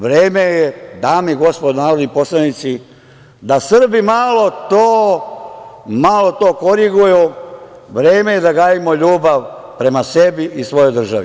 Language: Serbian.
Vreme je, dame i gospodo narodni poslanici, da Srbi malo to koriguju, vreme je da gajimo ljubav prema sebi i svojoj državi.